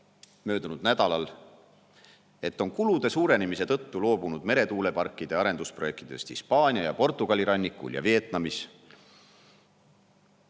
möödunud nädalal, et on kulude suurenemise tõttu loobunud meretuuleparkide arendusprojektidest Hispaania ja Portugali rannikul ja Vietnamis.